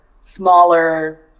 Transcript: smaller